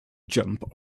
jump